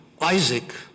Isaac